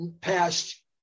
past